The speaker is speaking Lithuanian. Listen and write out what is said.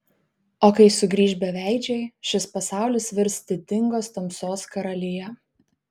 o kai sugrįš beveidžiai šis pasaulis virs didingos tamsos karalija